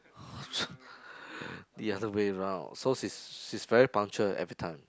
the other way round so she's she's very punctual every time